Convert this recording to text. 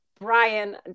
Brian